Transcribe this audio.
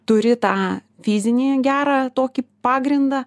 turi tą fizinį gerą tokį pagrindą